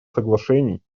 соглашений